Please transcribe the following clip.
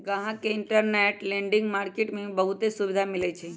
गाहक के interbank lending market में बहुते सुविधा मिलई छई